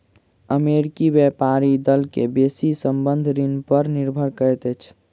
अमेरिकी व्यापारी दल के बेसी संबंद्ध ऋण पर निर्भर करैत अछि